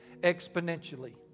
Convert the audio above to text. exponentially